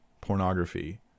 pornography